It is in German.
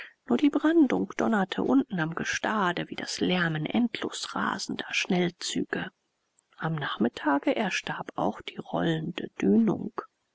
nur die brandung donnerte unten am gestade wie das lärmen endlos rasender schnellzüge am nachmittage erstarb auch die rollende dünung